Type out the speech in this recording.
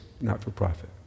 not-for-profit